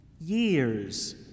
Years